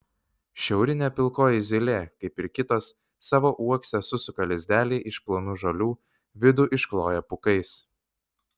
šiaurinė pilkoji zylė kaip ir kitos savo uokse susuka lizdelį iš plonų žolių vidų iškloja pūkais